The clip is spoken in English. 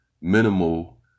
minimal